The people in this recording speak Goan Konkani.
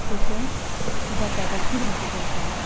तशेंच बटाटाची भाजी करता